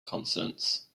consonants